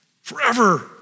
Forever